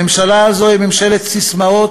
הממשלה הזו היא ממשלת ססמאות,